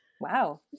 Wow